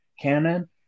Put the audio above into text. canon